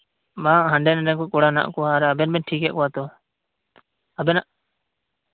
ᱵᱟᱝ ᱦᱟᱱᱰᱮ ᱱᱟᱰᱮ ᱠᱚᱲᱟ ᱢᱮᱱᱟᱜᱼᱟ ᱟᱨ ᱟᱵᱮᱱ ᱵᱮᱱ ᱴᱷᱤᱠ ᱮᱫ ᱠᱚᱣᱟ ᱛᱚ ᱟᱵᱮᱱᱟᱜ